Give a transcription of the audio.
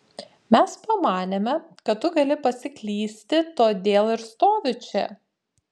mes pamanėme kad tu gali pasiklysti todėl ir stoviu čia